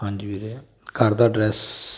ਹਾਂਜੀ ਵੀਰੇ ਘਰ ਦਾ ਡਰੈਸ